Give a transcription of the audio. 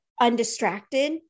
undistracted